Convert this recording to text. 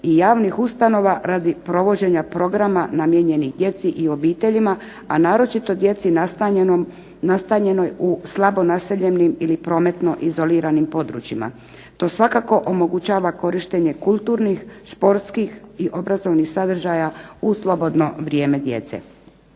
i javnih ustanova radi provođenja programa namijenjenih djeci i obiteljima, a naročito djeci nastanjenoj u slabo naseljenim ili prometno izoliranim područjima. To svakako omogućava korištenje kulturnih, športskih i obrazovnih sadržaja u slobodno vrijeme djece.